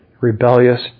rebellious